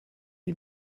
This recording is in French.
lui